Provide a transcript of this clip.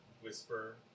whisper